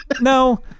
No